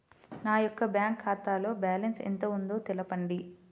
నా యొక్క బ్యాంక్ ఖాతాలో బ్యాలెన్స్ ఎంత ఉందో తెలపండి?